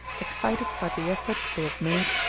excited by the effort they have made,